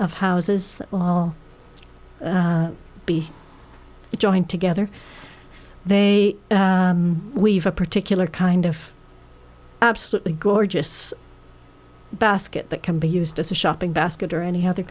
of houses be joined together they weave a particular kind of absolutely gorgeous basket that can be used as a shopping basket or any other